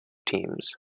teams